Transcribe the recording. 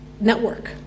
network